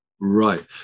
Right